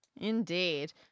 Indeed